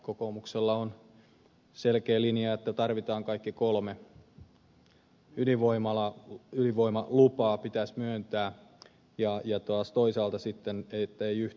kokoomuksella on selkeä linja että tarvitaan kaikki kolme ydinvoimalaa kolme ydinvoimalupaa pitäisi myöntää ja taas toisaalta sitten että ei yhtä